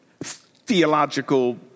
theological